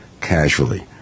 casually